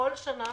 בכל שנה